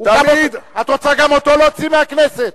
את רוצה גם אותו להוציא מהכנסת?